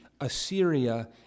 Assyria